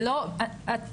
את שואלת: